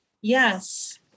Yes